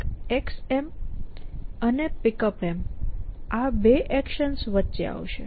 xM અને Pickup આ 2 actions વચ્ચે આવશે